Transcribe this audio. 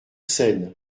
seine